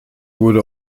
wurde